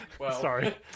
sorry